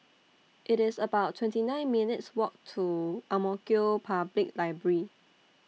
IT IS about twenty nine minutes' Walk to Ang Mo Kio Public Library